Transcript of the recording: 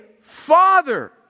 father